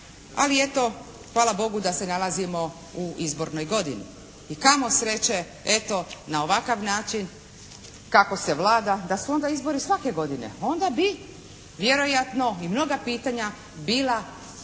Ali, eto hvala Bogu da se nalazimo u izbornoj godini. I kamo sreće eto, na ovakav način kako se vlada da su onda izbori svake godine. Onda bi vjerojatno i mnoga pitanja bila